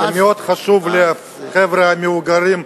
זה מאוד חשוב לחבר'ה המבוגרים,